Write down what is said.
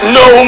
no